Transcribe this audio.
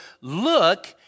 look